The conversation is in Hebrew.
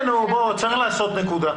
כן, צריך לעשות נקודה.